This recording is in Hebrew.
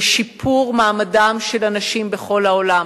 לשיפור מעמדם של אנשים בכל העולם.